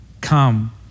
come